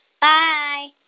Bye